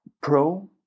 Pro